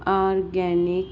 organics